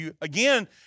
Again